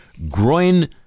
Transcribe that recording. groin